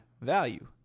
value